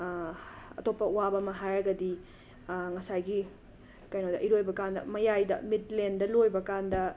ꯑꯇꯣꯞꯄ ꯋꯥꯕ ꯑꯃ ꯍꯥꯏꯔꯒꯗꯤ ꯉꯁꯥꯏꯒꯤ ꯀꯩꯅꯣꯗ ꯏꯔꯣꯏꯕꯀꯥꯟꯗ ꯃꯌꯥꯏꯗ ꯃꯤꯠꯂꯦꯟꯗ ꯂꯣꯏꯕꯀꯥꯟꯗ